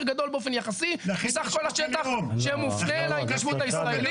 גדול באופן יחסי מסך כל השטח שמופנה להתיישבות הישראלית,